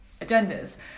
agendas